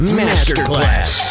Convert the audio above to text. masterclass